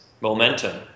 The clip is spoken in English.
momentum